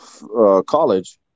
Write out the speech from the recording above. college